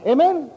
Amen